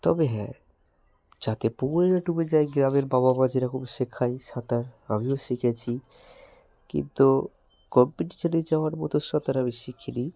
তবে হ্যাঁ যাতে পুকুরে না ডুবে যাই গ্রামের বাবা মা যেরকম শেখায় সাঁতার আমিও শিখেছি কিন্তু কম্পিটিশানে যাওয়ার মতো সাঁতার আমি শিখি নি